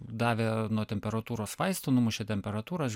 davė nuo temperatūros vaistų numušė temperatūrą